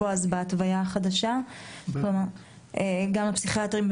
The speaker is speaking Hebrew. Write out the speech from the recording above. תינתן יד חופשית גם לפסיכיאטרים.